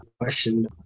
question